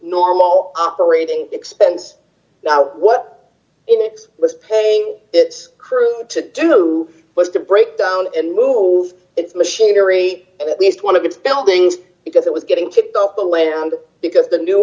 normal operating expense now what it was paying its crew to do was to break down and move its machinery and at least one of its buildings because it was getting kicked off the land because the new